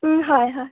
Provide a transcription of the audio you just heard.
হয় হয়